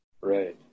Right